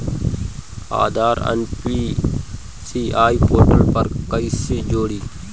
आधार NPCI portal पर कईसे जोड़ी?